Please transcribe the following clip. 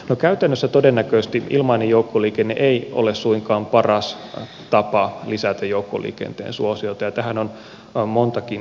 no käytännössä todennäköisesti ilmainen joukkoliikenne ei ole suinkaan paras tapa lisätä joukkoliikenteen suosiota ja tähän on montakin syytä